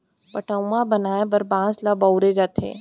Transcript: पठअउवा बनाए बर बांस ल बउरे जाथे